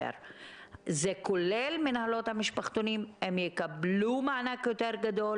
לצערנו, כנראה שמבחינה חוקית זה לא מסתייע.